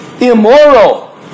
Immoral